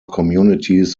communities